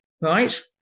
right